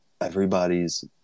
everybody's